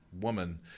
woman